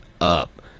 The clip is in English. up